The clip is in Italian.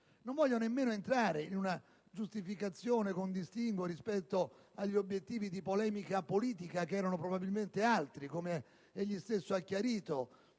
Non voglio nemmeno entrare in una giustificazione con distinguo rispetto agli obiettivi di polemica politica del senatore Ciarrapico, che erano probabilmente altri, come egli stesso ha chiarito,